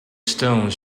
stones